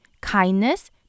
kindness